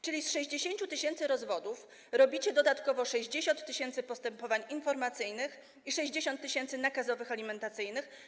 Czyli z 60 tys. rozwodów robicie dodatkowo 60 tys. postępowań informacyjnych i 60 tys. nakazowych alimentacyjnych.